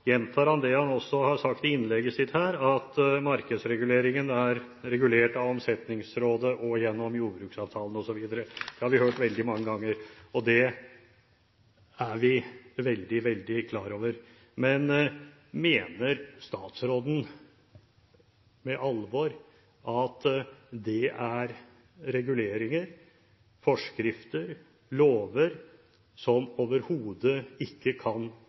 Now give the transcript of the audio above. gjentar han det som han sa i innlegget sitt: Markedsreguleringen er regulert av Omsetningsrådet og gjennom jordbruksavtalen osv. Dette har vi hørt veldig mange ganger, og det er vi veldig klar over. Men mener statsråden, på alvor, at dette er reguleringer, forskrifter og lover som overhodet ikke kan